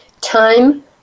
Time